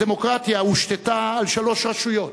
הדמוקרטיה הושתתה על שלוש רשויות: